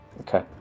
Okay